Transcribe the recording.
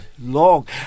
long